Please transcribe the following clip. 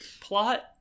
plot